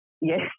yes